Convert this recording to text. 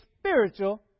spiritual